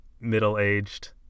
middle-aged